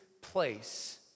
place